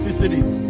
cities